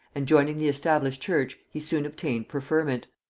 and joining the established church he soon obtained preferment.